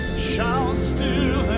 shall still